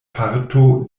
parto